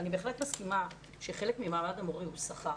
אני בהחלט מסכימה שחלק ממעמד המורה הוא שכר,